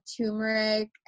turmeric